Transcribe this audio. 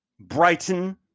Brighton